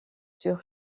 sur